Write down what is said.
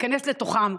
להיכנס לתוכם,